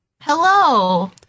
Hello